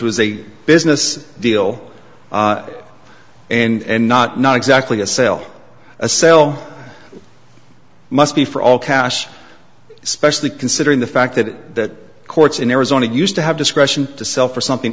was a business deal and not not exactly a sale a cell must be for all cash especially considering the fact that courts in arizona used to have discretion to sell for something